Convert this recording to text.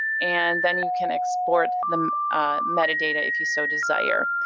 and then you can export the metadata if you so desire.